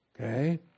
Okay